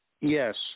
Yes